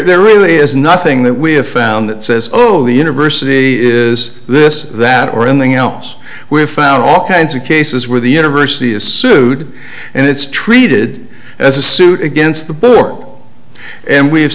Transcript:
there really is nothing that we have found that says oh the university is this that or anything else we've found all kinds of cases where the university is sued and it's treated as a suit against the board and we